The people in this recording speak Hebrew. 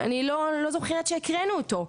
אני לא זוכרת שהקראנו אותו.